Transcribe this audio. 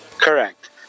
Correct